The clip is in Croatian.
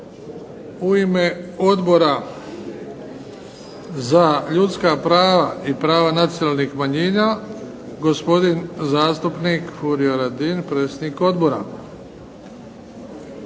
U ime Odbora za ljudska prava i prava nacionalnih manjina gospodin zastupnik Furio Radin, predsjednik odbora.